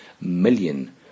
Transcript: million